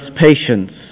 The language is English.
patience